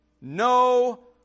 no